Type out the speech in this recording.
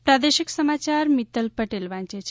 પ્રાદેશિક સમાચાર મિત્તલ પટેલ વાંચે છે